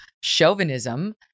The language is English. chauvinism